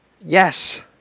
Yes